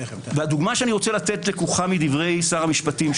הדוגמה שאני רוצה לתת לקוחה מדברי שר המשפטים.